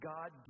God